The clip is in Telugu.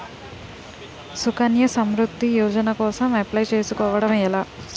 సుకన్య సమృద్ధి యోజన కోసం అప్లయ్ చేసుకోవడం ఎలా?